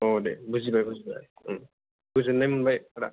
आव दे बुजिबाय बुजिबाय गोजोन मोनबाय आदा